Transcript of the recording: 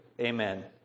Amen